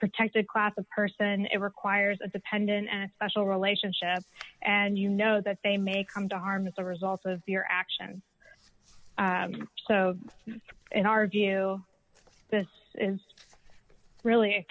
protected class a person it requires a dependent and a special relationship and you know that they may come to harm as a result of your actions so in our view this is really